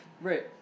Right